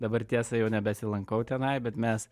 dabar tiesa jau nebesilankau tenai bet mes